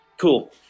cool